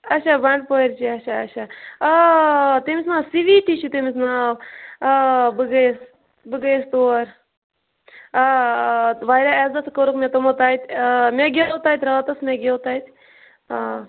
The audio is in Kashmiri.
آچھا بَنٛڈٕپورچی آچھا آچھا آ تٔمِس ما سُویٖٹی چھُ تٔمِس ناو آ بہٕ گٔیَس بہٕ گٔیَس تور آ آ واریاہ عیٚزت کوٚرُکھ مےٚ تِمو تَتہِ آ مےٚ گیٚو تَتہِ راتَس مےٚ گیٚو تَتہِ آ